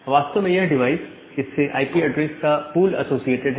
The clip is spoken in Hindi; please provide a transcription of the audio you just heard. वास्तव में यह डिवाइस इससे आईपी ऐड्रेसेस का पूल एसोसिएटेड है